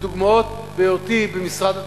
דוגמאות מהיותי במשרד התחבורה.